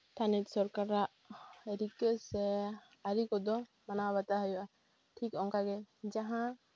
ᱛᱷᱟᱹᱱᱤᱛ ᱥᱚᱨᱠᱟᱨᱟᱜ ᱨᱤᱠᱟᱹ ᱥᱮ ᱟᱹᱨᱤ ᱠᱚᱫᱚ ᱢᱟᱱᱟᱣ ᱵᱟᱛᱟᱣ ᱦᱩᱭᱩᱜᱼᱟ ᱴᱷᱤᱠ ᱚᱱᱠᱟᱜᱮ ᱡᱟᱦᱟᱸ